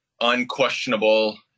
unquestionable